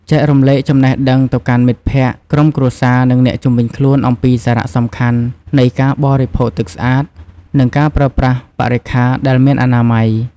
ចែករំលែកចំណេះដឹងទៅកាន់មិត្តភក្តិ ក្រុមគ្រួសារ និងអ្នកជុំវិញខ្លួនអំពីសារៈសំខាន់នៃការបរិភោគទឹកស្អាត និងការប្រើប្រាស់បរិក្ខាដែលមានអនាម័យ។